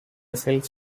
cells